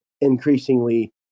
increasingly